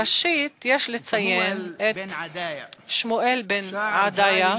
ראשית, יש לציין את שמואל בן עדיה,